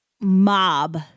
mob